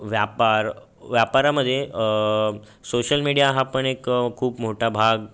व्यापार व्यापारामध्ये social media हा पण एक खूप मोठा भाग